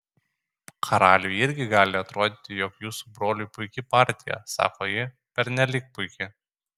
karaliui irgi gali atrodyti jog jūsų broliui puiki partija sako ji pernelyg puiki